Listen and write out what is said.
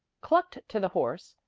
clucked to the horse,